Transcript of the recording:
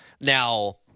Now